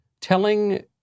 telling